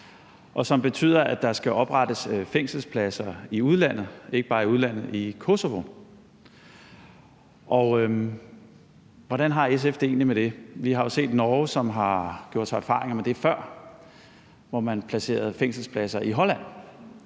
og som betyder, at der skal oprettes fængselspladser i udlandet, og ikke bare i udlandet, men i Kosovo. Hvordan har SF det egentlig med det? Vi har jo set, at Norge har gjort sig erfaringer med det før, hvor man placerede fængselspladser i Holland,